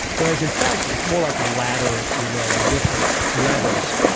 whereas in fact it's more like a ladder, if you will, of different levels.